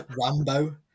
Rambo